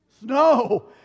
snow